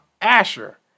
Asher